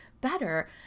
better